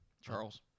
Charles